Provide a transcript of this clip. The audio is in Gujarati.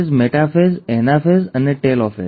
મેટાફેઝ એનાફેઝ અને ટેલોફાસ